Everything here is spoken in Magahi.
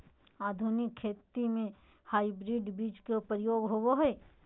आधुनिक खेती में हाइब्रिड बीज के प्रयोग होबो हइ